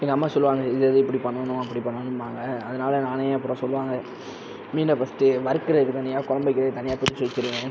எங்கள் அம்மா சொல்லுவாங்க இதை இதை இப்படி பண்ணனும் அபப்டி பண்ணனும்பாங்க அதனால நானே அப்புறம் சொல்லுவாங்க மீனை ஃபஸ்ட்டு வறுக்கிறதுக்கு தனியாக குழம்பு வைக்கிறதுக்கு தனியாக பிரிச்சு வச்சுருவேன்